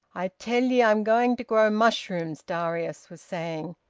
i tell ye i'm going to grow mushrooms, darius was saying.